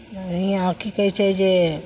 हियाँ की कहय छै जे